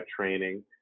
training